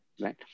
right